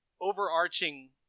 overarching